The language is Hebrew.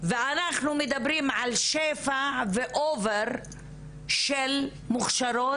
ואנחנו מדברים על שפע ואובר של מוכשרות